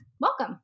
welcome